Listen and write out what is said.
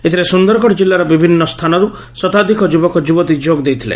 ଏଥରେ ସୁନ୍ଦରଗଡ଼ ଜିଲ୍ଗର ବିଭିନ୍ ସ୍ରାନରୁ ଶତାଧିକ ଯୁବକ ଯୁବତୀ ଯୋଗ ଦେଇଥିଲେ